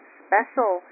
special